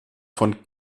von